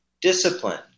discipline